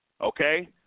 okay